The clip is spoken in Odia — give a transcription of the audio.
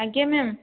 ଆଜ୍ଞା ମ୍ୟାମ୍